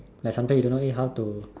like sometimes you don't know eh how to